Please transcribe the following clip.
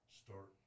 start